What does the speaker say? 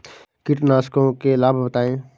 कीटनाशकों के लाभ बताएँ?